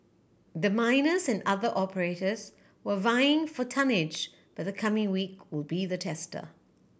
the miners and other operators were vying for tonnage but the coming week will be the tester